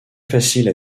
faciles